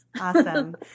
Awesome